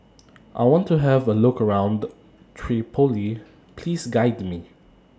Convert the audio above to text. I want to Have A Look around Tripoli Please Guide Me